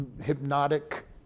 hypnotic